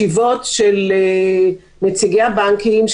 ישיבות של נציגי הבנקים,